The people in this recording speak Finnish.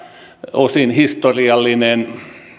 osin historiallinen